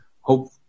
hope